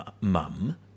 mum